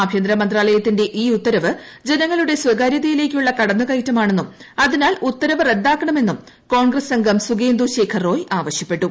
ആഭ്യന്തര മന്ത്രാലയത്തിന്റെ ഈ ഉത്തരവ് ജനങ്ങളുടെ സ്വകാര്യതയിലേക്കുള്ള കടന്നു കയറ്റമാണെന്നും അതിനാൽ ഉത്തരവ് റദ്ദാക്കണമെന്നും കോൺഗ്രസംഗം സുകേന്ദു ശേഖർ റോയ് ആവശ്യപ്പെട്ടു